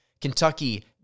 Kentucky